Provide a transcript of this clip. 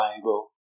Bible